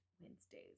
Wednesdays